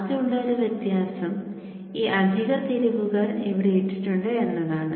ആകെ ഉള്ള ഒരു വ്യത്യാസം ഈ അധിക തിരിവുകൾ ഇവിടെ ഇട്ടിട്ടുണ്ട് എന്നതാണ്